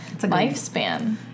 lifespan